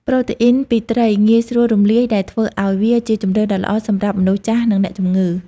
ប្រូតេអ៊ីនពីត្រីងាយស្រួលរំលាយ ដែលធ្វើឱ្យវាជាជម្រើសដ៏ល្អសម្រាប់ មនុស្សចាស់ និងអ្នកជំងឺ។ (